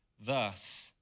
thus